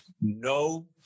no